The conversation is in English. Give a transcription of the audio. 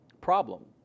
problem